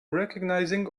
recognizing